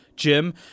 Jim